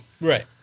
Right